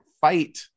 fight